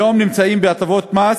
היום נמצאים בהטבות מס